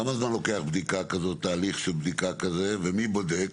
כמה זמן לוקח תהליך של בדיקה כזאת ומי בודק?